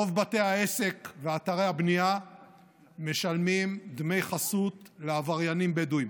רוב בתי העסק ואתרי הבנייה משלמים דמי חסות לעבריינים בדואים.